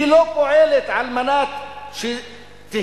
היא לא פועלת על מנת שתהיה